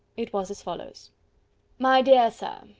it was as follows my dear sir,